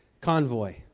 convoy